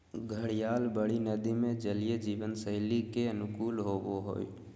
घड़ियाल बड़ी नदि में जलीय जीवन शैली के अनुकूल होबो हइ